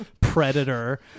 predator